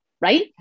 right